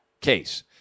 case